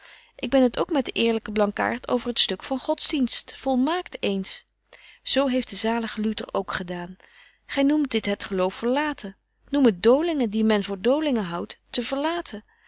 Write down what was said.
ik ben het ook met den eerlyken blankaart over het stuk van godsdienst volmaakt eens betje wolff en aagje deken historie van mejuffrouw sara burgerhart zo heeft de zalige luter ook gedaan gy noemt dit het geloof verlaten noem het dolingen die men voor dolingen houdt te verlaten